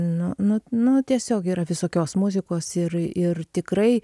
nu nu nu tiesiog yra visokios muzikos ir ir tikrai